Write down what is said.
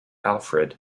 alfred